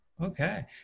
Okay